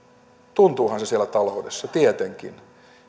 tuntuuhan se siellä taloudessa tietenkin